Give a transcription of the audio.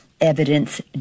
evidence